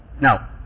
Now